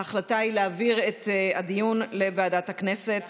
ההחלטה היא להעביר את הדיון לוועדת הכנסת